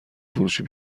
فروشی